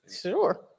Sure